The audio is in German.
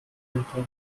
enter